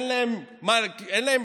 אין להם